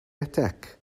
attack